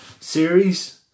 series